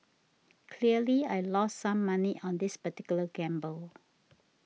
clearly I lost some money on this particular gamble